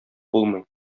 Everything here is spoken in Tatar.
булмый